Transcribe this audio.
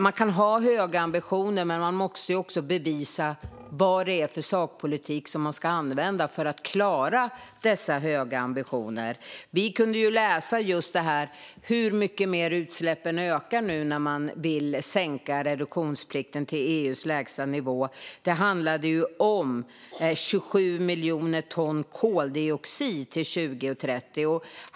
Man kan ha höga ambitioner, men man måste ju också bevisa vad det är för sakpolitik man ska använda för att klara dessa höga ambitioner. Vi kunde läsa om hur mycket utsläppen ökar nu när man vill sänka reduktionsplikten till EU:s lägsta nivå. Det handlade om 27 miljoner ton koldioxid till 2030.